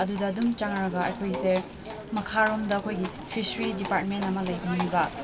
ꯑꯗꯨꯗ ꯑꯗꯨꯝ ꯆꯪꯂꯒ ꯑꯩꯈꯣꯏꯁꯦ ꯃꯈꯥꯔꯣꯝꯗ ꯑꯩꯈꯣꯏꯒꯤ ꯐꯤꯁ꯭ꯔꯤ ꯗꯤꯄꯥꯔꯠꯃꯦꯟꯅ ꯑꯃ ꯂꯩꯕꯅꯦꯕ